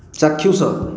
ଚାକ୍ଷୁଷ